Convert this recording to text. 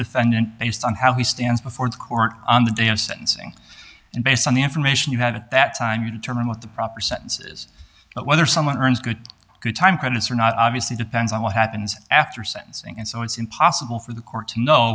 defend and based on how he stands before the court on the day of sentencing and based on the information you had at that time you determine what the proper sentence is whether someone earns good time credits or not obviously depends on what happens after sentencing and so it's impossible for the court to know